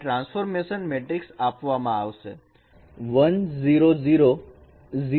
અને transformation matrix આપવામાં આવશે